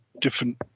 different